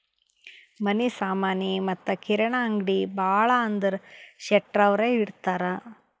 ಮನಿ ಸಾಮನಿ ಮತ್ತ ಕಿರಾಣಿ ಅಂಗ್ಡಿ ಭಾಳ ಅಂದುರ್ ಶೆಟ್ಟರ್ ಅವ್ರೆ ಇಡ್ತಾರ್